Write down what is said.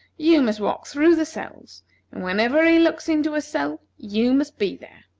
you must walk through the cells, and whenever he looks into a cell, you must be there.